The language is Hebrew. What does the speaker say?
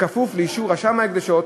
כפוף לאישור רשם ההקדשות,